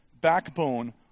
backbone